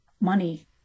money